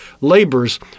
Labors